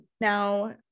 Now